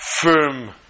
firm